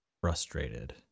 frustrated